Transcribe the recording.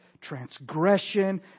transgression